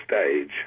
stage